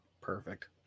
perfect